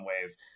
ways